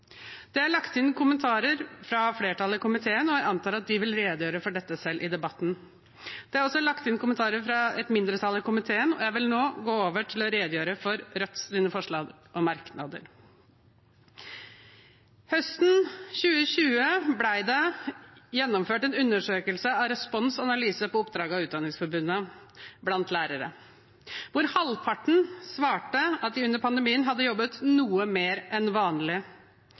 Det er lagt inn kommentarer fra flertallet i komiteen, og jeg antar at de vil redegjøre for disse selv i debatten. Det er også lagt inn kommentarer fra et mindretall i komiteen, og jeg vil nå gå over til å redegjøre for Rødts forslag og merknader. Høsten 2020 ble det gjennomført en undersøkelse av Respons Analyse på oppdrag av Utdanningsforbundet blant lærere. Halvparten svarte at de under pandemien hadde jobbet noe mer enn vanlig.